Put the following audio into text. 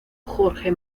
jorge